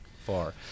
far